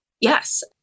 Yes